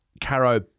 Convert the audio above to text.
Caro